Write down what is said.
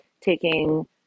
taking